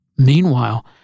Meanwhile